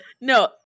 no